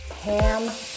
Ham